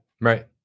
Right